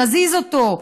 נזיז אותו,